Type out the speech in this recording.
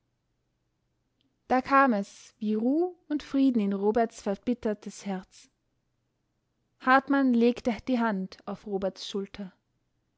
da kam es wie ruh und frieden in roberts verbittertes herz hartmann legte die hand auf roberts schulter